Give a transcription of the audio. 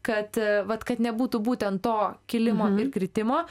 kad vat kad nebūtų būtent to kilimo ir kritimo